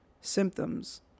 symptoms